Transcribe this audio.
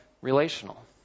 Relational